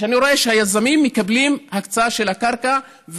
כשאני רואה שהיזמים מקבלים הקצאה של הקרקע,